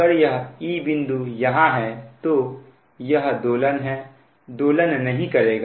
अगर यह e बिंदु यहां है तो यह दोलन है नहीं करेगा